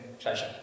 pleasure